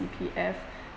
C_P_F